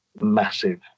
massive